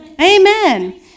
amen